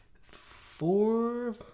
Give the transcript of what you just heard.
four